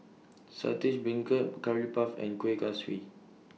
Saltish Beancurd Curry Puff and Kueh Kaswi